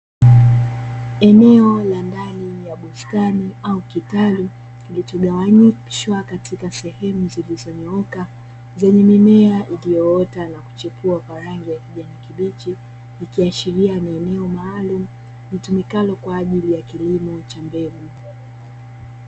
Eneo la ndani ya bustani au kitalu kilichogawanyishwa katika sehemu zilizonyooka zenye mimea iliyoota na kuchipua kwa rangi ya kijani kibichi ikiashiria ni eneo maalumu litumikalo kwa ajili ya kilimo cha mbegu.